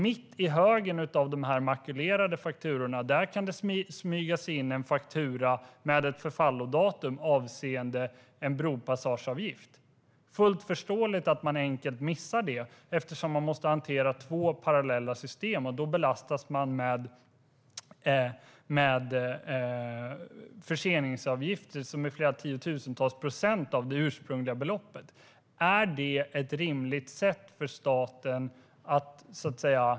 Mitt i högen av makulerade fakturor kan det smyga sig in en faktura med ett förfallodatum avseende en bropassageavgift. Det är fullt förståeligt att man enkelt missar detta eftersom man måste hantera två parallella system. Då belastas man med förseningsavgifter som är flera tiotusentals procent högre än det ursprungliga beloppet. Är detta rimligt?